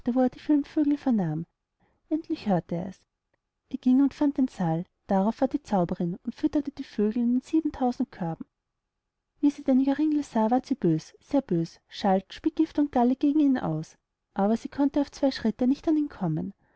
er die vielen vögel vernähm endlich hört ers er ging und fand den saal darauf war die zauberin und fütterte die vögel in den sieben tausend körben wie sie den joringel sah ward sie bös sehr bös schalt spie gift und galle gegen ihn aus aber sie konnt auf zwei schritte nicht an ihn kommen